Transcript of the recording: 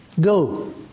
Go